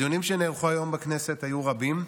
הדיונים שנערכו היום בכנסת היו רבים.